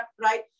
right